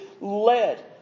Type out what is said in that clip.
led